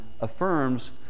affirms